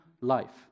life